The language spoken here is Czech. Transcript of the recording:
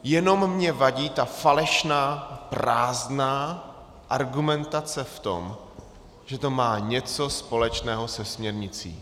Jenom mi vadí ta falešná, prázdná argumentace v tom, že to má něco společného se směrnicí.